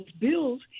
bills